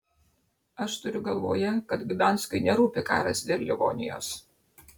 aš turiu galvoje kad gdanskui nerūpi karas dėl livonijos